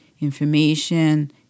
information